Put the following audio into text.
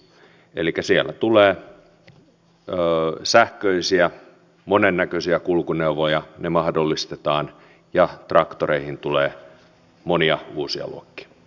elikkä siellä tulee sähköisiä monennäköisiä kulkuneuvoja ne mahdollistetaan ja traktoreihin tulee monia uusia luokkia